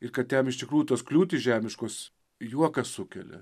ir kad jam iš tikrųjų tos kliūtys žemiškos juoką sukelia